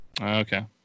Okay